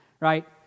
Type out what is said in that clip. right